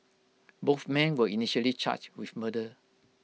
both men were initially charged with murder